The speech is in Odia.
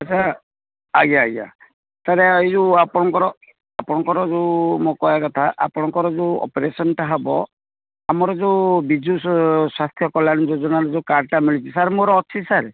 ଆଚ୍ଛା ଆଜ୍ଞା ଆଜ୍ଞା ସାର୍ ଏଇ ଯୋଉ ଆପଣଙ୍କର ଆପଣଙ୍କର ଯେଉଁ ମୋ କହିବା କଥା ଆପଣଙ୍କର ଯେଉଁ ଅପେରସନ୍ଟା ହେବ ଆମର ଯେଉଁ ବିଜୁ ସ୍ୱାସ୍ଥ୍ୟ କଲ୍ୟାଣ ଯୋଜନର ଯେଉଁ କାର୍ଡ଼୍ଟା ମିଳିଛି ସାର୍ ମୋର ଅଛି ସାର୍